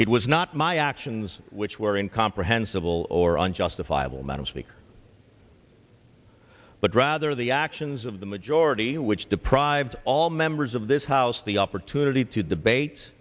it was not my actions which were in comprehensible or unjustifiable madam speaker but rather the actions of the majority which deprived all members of this house the opportunity to debate